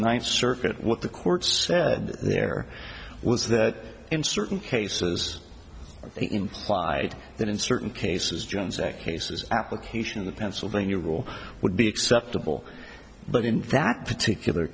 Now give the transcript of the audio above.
ninth circuit what the court said there was that in certain cases they implied that in certain cases jones act cases application of the pennsylvania rule would be acceptable but in fact particular